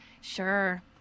Sure